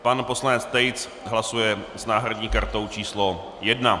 Pan poslanec Tejc hlasuje s náhradní kartou číslo 1.